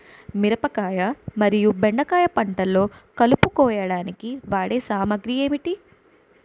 మిరపకాయ మరియు బెండకాయ పంటలో కలుపు కోయడానికి వాడే సామాగ్రి ఏమిటి?